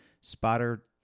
spotter